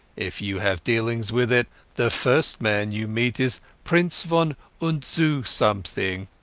if you have dealings with it the first man you meet is prince von und zu something,